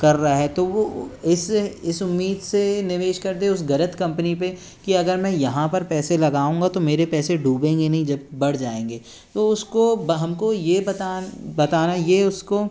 कर रहा है तो वो इस इस उम्मीद से निवेश कर दें उस गलत कंपनी पे कि अगर मैं यहाँ पर पैसे लगाऊँगा तो मेरे पैसे डूबेंगे नी जब बढ़ जाएंगे तो उसको हमको ये बताना ये उसको